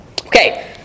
Okay